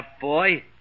boy